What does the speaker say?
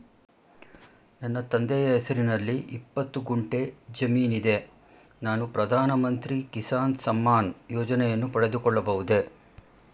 ನನ್ನ ತಂದೆಯ ಹೆಸರಿನಲ್ಲಿ ಇಪ್ಪತ್ತು ಗುಂಟೆ ಜಮೀನಿದೆ ನಾನು ಪ್ರಧಾನ ಮಂತ್ರಿ ಕಿಸಾನ್ ಸಮ್ಮಾನ್ ಯೋಜನೆಯನ್ನು ಪಡೆದುಕೊಳ್ಳಬಹುದೇ?